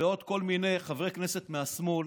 ועוד כל מיני חברי כנסת מהשמאל,